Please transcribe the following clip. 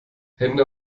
hände